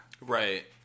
Right